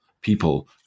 people